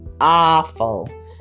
Awful